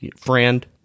friend